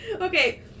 Okay